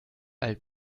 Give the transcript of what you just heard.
alt